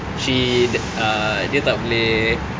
she ah dia tak boleh